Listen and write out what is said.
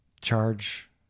charge